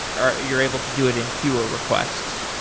ah you're able to do it in fewer requests.